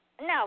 No